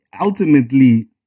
ultimately